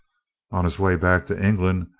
on his way back to england,